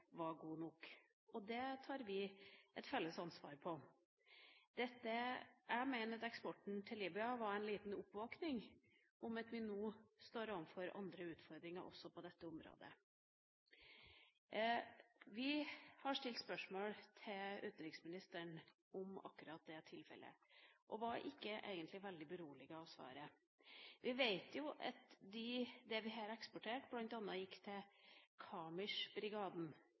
var gode nok. Det tar vi et felles ansvar for. Jeg mener at eksporten til Libya var en liten oppvåkning om at vi nå står overfor andre utfordringer også på dette området. Vi har stilt spørsmål til utenriksministeren om akkurat det tilfellet og ble egentlig ikke veldig beroliget av svaret. Vi vet jo at det vi her eksporterer, bl.a. gikk til